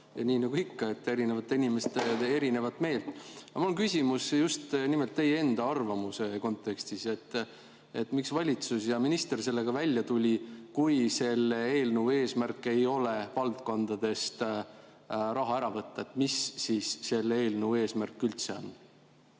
Nii nagu ikka, erinevad inimesed on erinevat meelt. Aga mul on küsimus just nimelt teie enda arvamuse kontekstis. Miks valitsus ja minister sellega üldse välja tulid, kui selle eelnõu eesmärk ei ole valdkondadest raha ära võtta? Mis siis selle eelnõu eesmärk on?